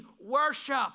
worship